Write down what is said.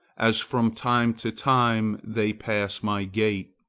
as from time to time they pass my gate.